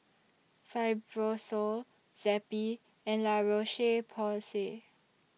Fibrosol Zappy and La Roche Porsay